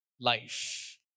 life